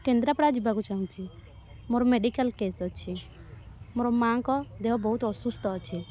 କେନ୍ଦ୍ରାପଡ଼ା ଯିବାକୁ ଚାହୁଁଛି ମୋର ମେଡ଼ିକାଲ୍ କେଶ୍ ଅଛି ମୋର ମା'ଙ୍କ ଦେହ ବହୁତ ଅସୁସ୍ଥ ଅଛି